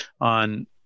on